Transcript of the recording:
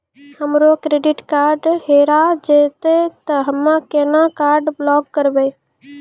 हमरो credit card हेरा जेतै ते हम्मय केना कार्ड ब्लॉक करबै?